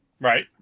Right